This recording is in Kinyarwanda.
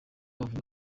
avuga